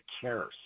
cares